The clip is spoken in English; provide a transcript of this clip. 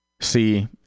See